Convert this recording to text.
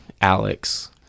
Alex